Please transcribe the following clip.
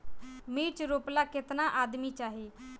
मिर्च रोपेला केतना आदमी चाही?